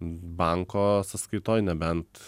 banko sąskaitoj nebent